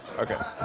okay.